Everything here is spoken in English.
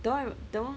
that one that one